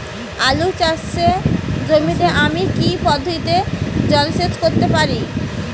আলু চাষে জমিতে আমি কী পদ্ধতিতে জলসেচ করতে পারি?